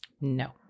No